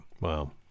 Wow